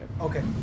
Okay